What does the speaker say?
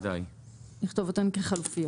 או שהן מקבילות, נכתוב אותן כחלופיות.